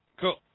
Cool